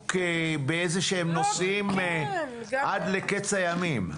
עסוק באיזה שהם נושאים עד לקץ הימים.